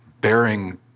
bearing